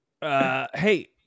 Hey